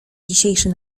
dzisiejszy